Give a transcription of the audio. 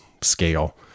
scale